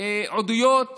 עדויות